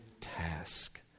task